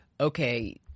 okay